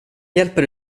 hjälper